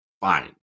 fine